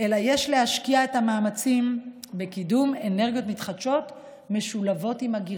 אלא יש להשקיע את המאמצים בקידום אנרגיות מתחדשות משולבות עם אגירה.